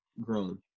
grown